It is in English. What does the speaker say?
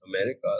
America